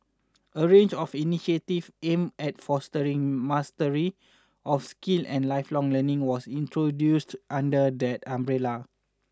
a range of initiatives aimed at fostering mastery of skills and lifelong learning was introduced under that umbrella